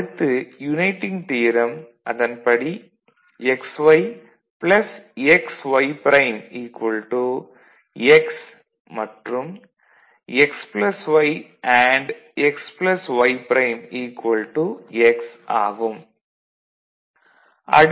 அடுத்து uniting theorem - அதன்படி xy xyப்ரைம் x மற்றும் xy அண்டு xyப்ரைம் x ஆகும்